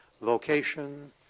vocation